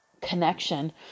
connection